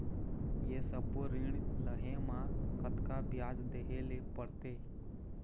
ये सब्बो ऋण लहे मा कतका ब्याज देहें ले पड़ते?